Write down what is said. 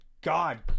God